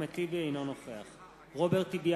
אינו נוכח רוברט טיבייב, בעד